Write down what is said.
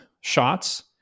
shots